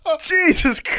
Jesus